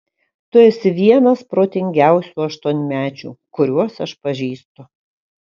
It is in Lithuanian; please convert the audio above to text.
tu esi vienas protingiausių aštuonmečių kuriuos aš pažįstu